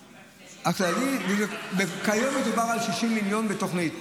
הכללי קוצץ ------ כיום מדובר על 60 מיליון בתוכנית.